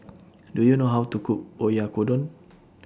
Do YOU know How to Cook Oyakodon